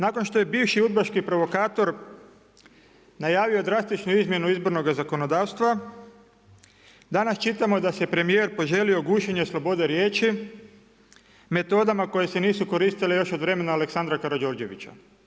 Nakon što je bivši udbaški provokator, najavio drastičnu izmjenu izbornog zakonodavstva, danas čitamo da se premjer poželio gušenje sloboda riječi, metodama koje se nisu koristile još od vremena Aleksandra Karađorđevića.